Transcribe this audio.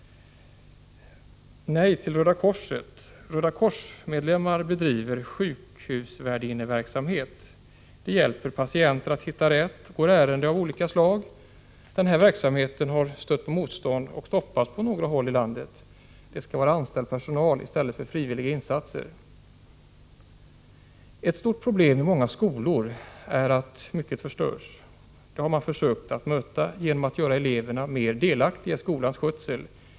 Nej till Röda korset. Röda kors-medlemmar bedriver sjukhusvärdinneverksamhet. De hjälper patienter att hitta rätt och går ärenden av olika slag. Den här verksamheten har mött motstånd och stoppats på några håll i landet. Det skall vara anställd personal i stället för frivilliga insatser. Ett stort problem i många skolor är att mycket förstörs. Det har man försökt råda bot på genom att göra eleverna mer delaktiga i skolans skötsel.